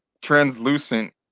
translucent